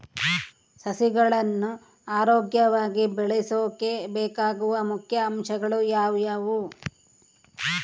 ಸಸಿಗಳನ್ನು ಆರೋಗ್ಯವಾಗಿ ಬೆಳಸೊಕೆ ಬೇಕಾಗುವ ಮುಖ್ಯ ಅಂಶಗಳು ಯಾವವು?